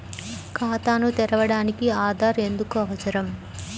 ఖాతాను తెరవడానికి ఆధార్ ఎందుకు అవసరం?